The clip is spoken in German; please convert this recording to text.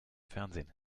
fernsehen